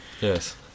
yes